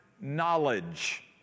knowledge